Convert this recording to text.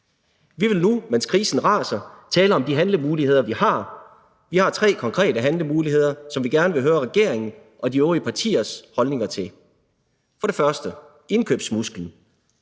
Vi vil nu, mens krisen raser, tale om de handlemuligheder, vi har. Vi har tre konkrete handlemuligheder, som vi gerne vil høre regeringen og de øvrige partiers holdninger til. Den første mulighed